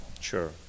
Sure